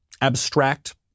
abstract